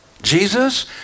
Jesus